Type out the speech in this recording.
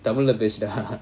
தமிழ்லபேசுடா:tamizhla pesuda